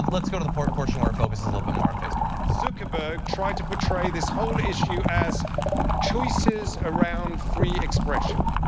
let's go to the portion portion where he focuses a little bit more on facebook. zuckerberg tried to portray this whole issue as choices around free expression.